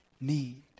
need